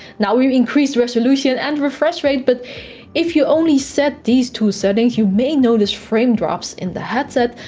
now we increased resolution and refresh rate, but if you only set these two settings, you may notice frame drops in the headset.